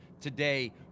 today